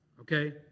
Okay